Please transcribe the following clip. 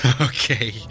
Okay